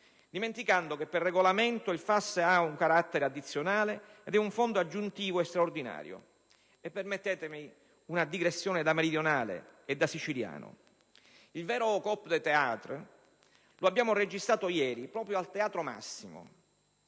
dimenticando che per regolamento il FAS ha un carattere addizionale ed è un fondo aggiuntivo e straordinario. A questo punto permettetemi una digressione da meridionale e da siciliano. Il vero *coup de théâtre* lo abbiamo registrato ieri, proprio al teatro Massimo